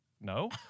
no